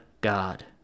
God